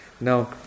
No